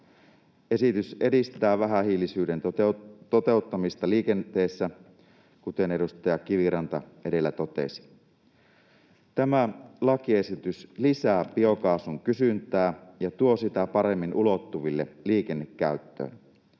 Esitys edistää vähähiilisyyden toteuttamista liikenteessä, kuten edustaja Kiviranta edellä totesi. Tämä lakiesitys lisää biokaasun kysyntää ja tuo sitä paremmin ulottuville liikennekäyttöön.